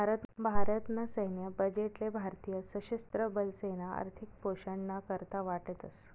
भारत ना सैन्य बजेट ले भारतीय सशस्त्र बलेसना आर्थिक पोषण ना करता वाटतस